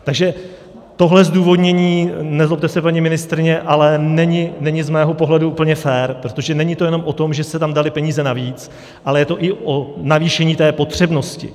Takže tohle zdůvodnění, nezlobte se, paní ministryně, ale není z mého pohledu úplně fér, protože není to jenom o tom, že se tam daly peníze navíc, ale je to i o navýšení té potřebnosti.